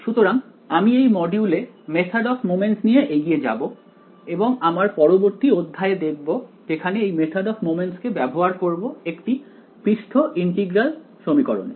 সুতরাং আমি এই মডিউল এ মেথড অফ মোমেন্টস নিয়ে এগিয়ে যাব এবং আমার পরবর্তী অধ্যায় এ দেখব যেখানে এই মেথড অফ মোমেন্টস কে ব্যবহার করব একটি পৃষ্ঠ ইন্টিগ্রাল সমীকরণে